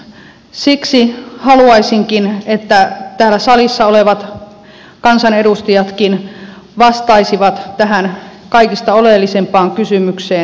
siksi haluaisinkin että täällä salissa olevat kansanedustajatkin vastaisivat tähän kaikista oleellisimpaan kysymykseen